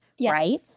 Right